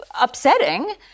upsetting